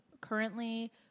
currently